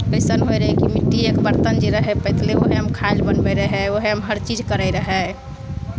अइसन होइत रहै कि मिट्टीएके बरतन जे रहै पहिले ओहिमे खाय लेल बनबैत रहै उएहमे हरचीज करैत रहै